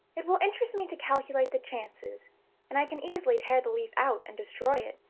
it will interest me to calculate the chances and i can easily tear the leaf out, and destroy it,